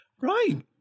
Right